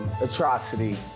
atrocity